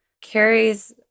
carries